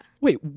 wait